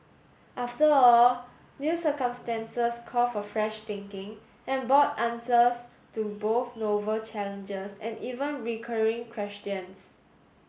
after all new circumstances call for fresh thinking and bought answers to both novel challenges and even recurring questions